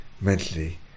mentally